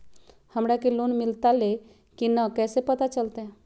हमरा के लोन मिलता ले की न कैसे पता चलते?